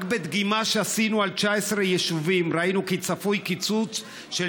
רק בדגימה שעשינו על 19 יישובים ראינו כי צפוי קיצוץ של